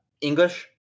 English